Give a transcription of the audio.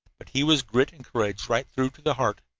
but he was grit and courage right through to the heart.